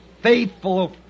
faithful